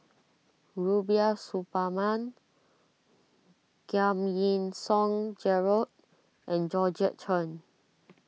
Rubiah Suparman Giam Yean Song Gerald and Georgette Chen